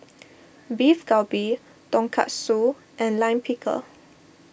Beef Galbi Tonkatsu and Lime Pickle